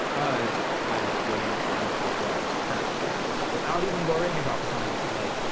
um was i was doing the work with where i was currently at without even worrying about trying to, like,